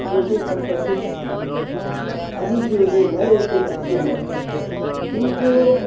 वो बोलते कि हम कैसे सीखेंगे अभी जो ये नए युग के बच्चे हैं इनको